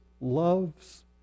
loves